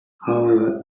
however